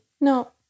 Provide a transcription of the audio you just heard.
No